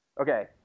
Okay